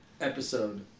episode